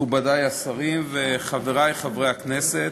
מכובדי השרים וחברי חברי הכנסת,